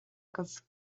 agaibh